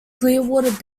clearwater